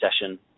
session